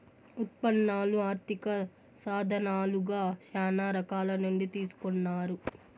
ఉత్పన్నాలు ఆర్థిక సాధనాలుగా శ్యానా రకాల నుండి తీసుకున్నారు